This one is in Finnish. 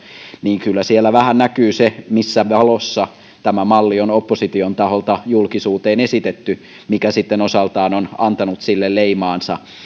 niin kyllä siellä vähän näkyy se missä valossa tämä malli on opposition taholta julkisuuteen esitetty mikä sitten osaltaan on antanut sille leimaansa